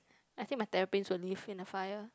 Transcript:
I think my therapist will live in a fire